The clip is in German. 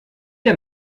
der